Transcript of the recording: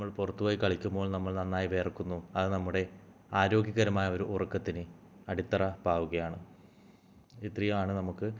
നമ്മൾ പുറത്തുപോയി കളിക്കുമ്പോൾ നമ്മൾ നന്നായി വിയർക്കുന്നു അത് നമ്മുടെ ആരോഗ്യകരമായ ഒരു ഉറക്കത്തിന് അടിത്തറ പാവുകയാണ് ഇത്രയുമാണ് നമുക്ക്